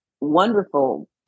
wonderful